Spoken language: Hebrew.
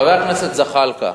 חבר הכנסת זחאלקה.